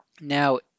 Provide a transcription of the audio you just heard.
Now